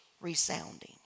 resounding